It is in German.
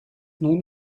nun